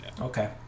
Okay